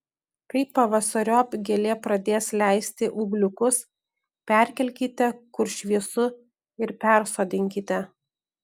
kai pavasariop gėlė pradės leisti ūgliukus perkelkite kur šviesu ir persodinkite